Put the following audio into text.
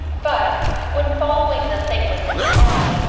but when, following the thing with his eye,